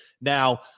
Now